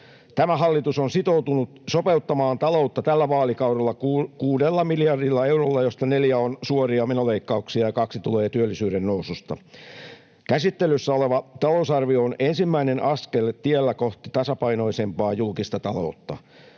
Tämä hallitus on sitoutunut sopeuttamaan taloutta tällä vaalikaudella kuudella miljardilla eurolla, joista neljä on suoria menoleikkauksia ja kaksi tulee työllisyyden noususta. Käsittelyssä oleva talousarvio on ensimmäinen askel tiellä kohti tasapainoisempaa julkista taloutta.